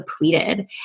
depleted